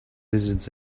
lizards